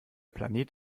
planet